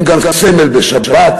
הן גם סמל של השבת.